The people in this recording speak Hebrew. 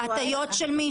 הטעיות של מי?